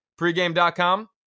Pregame.com